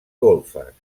golfes